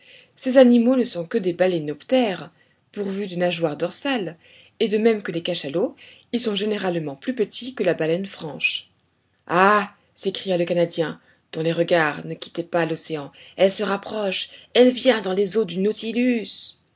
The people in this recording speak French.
ces animaux ne sont que des baleinoptères pourvus de nageoires dorsales et de même que les cachalots ils sont généralement plus petits que la baleine franche ah s'écria le canadien dont les regards ne quittaient pas l'océan elle se rapproche elle vient dans les eaux du nautilus